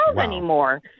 anymore